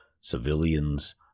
civilians